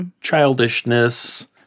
childishness